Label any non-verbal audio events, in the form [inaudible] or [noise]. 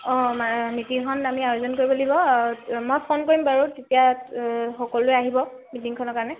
অঁ [unintelligible] মিটিংখন আমি আয়োজন কৰিব লাগিব মই ফোন কৰিম বাৰু তেতিয়া সকলোৱে আহিব মিটিংখনৰ কাৰণে